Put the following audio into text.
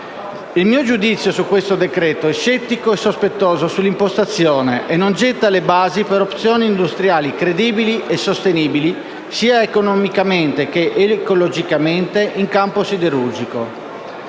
Il mio giudizio su questo decreto-legge è scettico e sospettoso sull'impostazione, che non getta le basi per opzioni industriali credibili e sostenibili, sia economicamente che ecologicamente, in campo siderurgico.